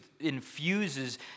infuses